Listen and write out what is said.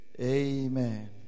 Amen